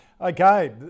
okay